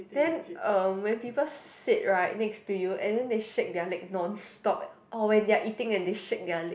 then um when people sit right next to you and then they shake their leg non stop or when they are eating and they shake their leg